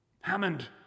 Hammond